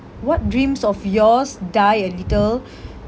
what dreams of yours die a little